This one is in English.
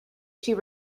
she